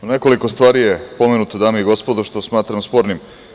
Nekoliko stvari je pomenuto dame i gospodo što smatramo spornim.